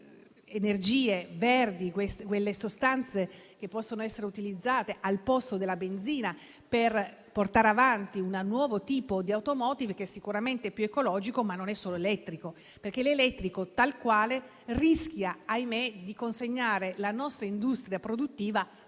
energie verdi e le sostanze che possono essere utilizzate al posto della benzina per portare avanti un nuovo tipo di *automotive*, che sicuramente è più ecologico, ma non è solo elettrico. L'elettrico tal quale rischia - ahimè - di consegnare la nostra industria produttiva